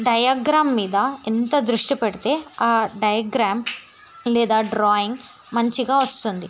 diagram మీద ఎంత దృష్టి పెడితే ఆ డయాగ్రామ్ లేదా డ్రాయింగ్ మంచిగా వస్తుంది